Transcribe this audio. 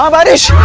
um punish